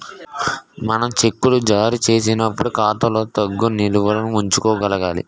మనం చెక్కులు జారీ చేసినప్పుడు ఖాతాలో తగు నిల్వలు ఉంచుకోగలగాలి